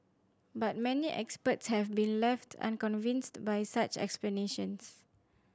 but many experts have been left unconvinced by such explanations